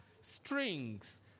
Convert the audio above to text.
strings